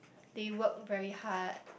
they work very hard